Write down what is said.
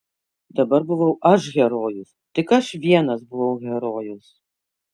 dabar buvau aš herojus tik aš vienas buvau herojus